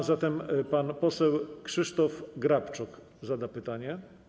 A zatem pan poseł Krzysztof Grabczuk zada pytanie.